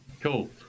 cool